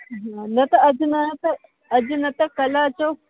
न त अॼु न त अॼु न त कल्ह अचो